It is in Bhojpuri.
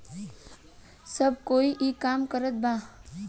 सब कोई ई काम करत बा